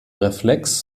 reflex